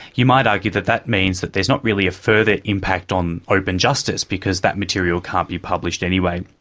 you might argue that that means that there's not really a further impact on open justice because that material can't be published anyway.